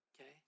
okay